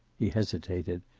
he hesitated.